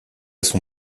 son